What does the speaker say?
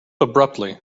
abruptly